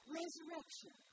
resurrection